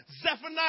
Zephaniah